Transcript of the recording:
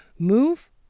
Move